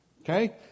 Okay